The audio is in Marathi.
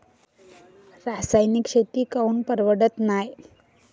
रासायनिक शेती काऊन परवडत नाई?